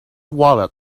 wallet